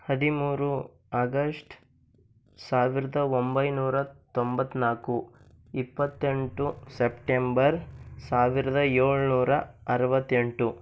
ಹದಿಮೂರು ಆಗಸ್ಟ್ ಸಾವಿರದ ಒಂಬೈನೂರ ತೊಂಬತ್ತನಾಲ್ಕು ಇಪ್ಪತ್ತೆಂಟು ಸೆಪ್ಟೆಂಬರ್ ಸಾವಿರದ ಏಳ್ನೂರ ಅರುವತ್ತೆಂಟು